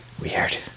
Weird